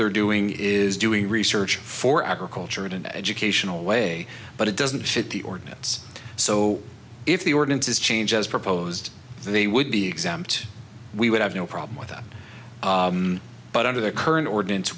they're doing is doing research for agriculture in an educational way but it doesn't fit the ordinance so if the ordinance is changes proposed they would be exempt we would have no problem with that but under the current ordinance